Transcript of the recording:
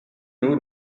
nous